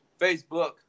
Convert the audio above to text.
Facebook